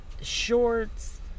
shorts